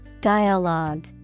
Dialogue